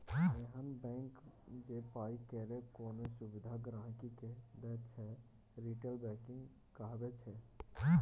एहन बैंक जे पाइ केर कोनो सुविधा गांहिकी के दैत छै रिटेल बैंकिंग कहाबै छै